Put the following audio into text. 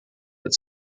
that